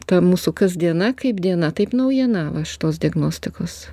ta mūsų kasdiena kaip diena taip naujiena va šitos diagnostikos